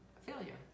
failure